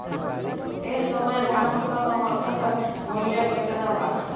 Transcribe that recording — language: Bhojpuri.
एह समय धान क समर्थन मूल्य केतना बा?